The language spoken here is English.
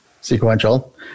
Sequential